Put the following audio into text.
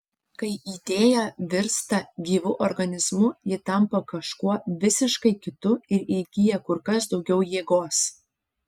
kai idėja virsta gyvu organizmu ji tampa kažkuo visiškai kitu ir įgyja kur kas daugiau jėgos